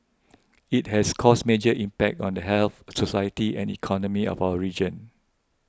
it has caused major impact on the health society and economy of our region